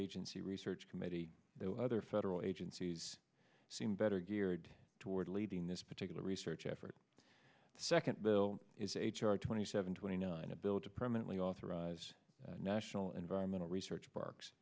agency research committee the other federal agencies seem better geared toward leading this particular research effort second bill is h r twenty seven twenty nine a bill to permanently authorize the national environmental research parks